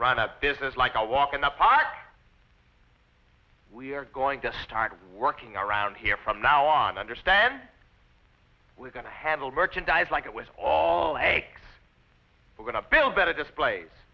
run a business like a walk in the park we are going to start working around here from now on understand we're going to handle merchandise like it was all eggs we're going to build better displays